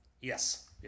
Yes